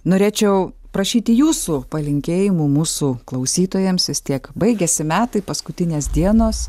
norėčiau prašyti jūsų palinkėjimų mūsų klausytojams vistiek baigiasi metai paskutinės dienos